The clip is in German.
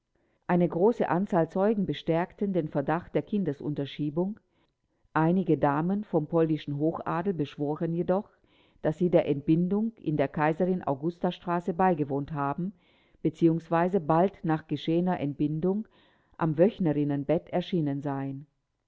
eine große anzahl zeugen bestärkten den verdacht der kindesunterschiebung einige damen vom polnischen hochadel beschworen jedoch daß sie der entbindung in der kaiserin augusta straße beigewohnt haben bzw bald nach geschehener entbindung am wöchnerinnenbett erschienen seien